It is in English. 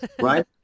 Right